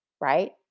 right